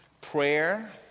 prayer